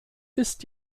ist